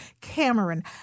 Cameron